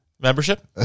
Membership